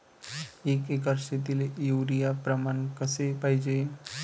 एक एकर शेतीले युरिया प्रमान कसे पाहिजे?